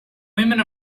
women